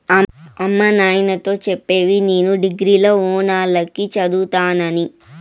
అమ్మ నాయనతో చెప్పవే నేను డిగ్రీల ఓనాల కి చదువుతానని